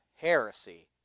Heresy